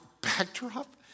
backdrop